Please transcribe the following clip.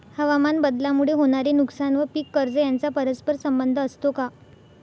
हवामानबदलामुळे होणारे नुकसान व पीक कर्ज यांचा परस्पर संबंध असतो का?